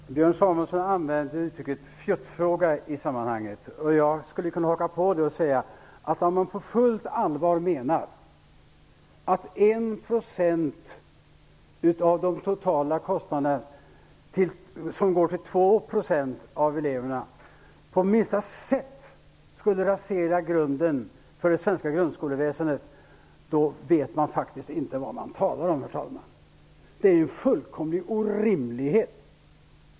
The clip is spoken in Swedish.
Herr talman! Björn Samuelson använde uttrycket ''fjuttfråga i sammanhanget''. Jag skulle kunna haka på och säga, att om man på fullt allvar menar att 1 % av de totala kostnaderna, som går till 2 § av eleverna, på minsta sätt skulle rasera grunden för det svenska grundskoleväsendet, då vet man faktiskt inte vad man talar om, herr talman. Det är en fullkomlig orimlighet!